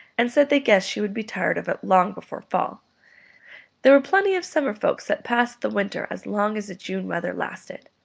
and said they guessed she would be tired of it long before fall there were plenty of summer folks that passed the winter as long as the june weather lasted.